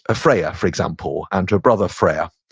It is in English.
ah freyja, for example, and her brother freyr.